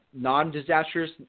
Non-disastrous